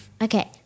Okay